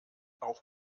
auch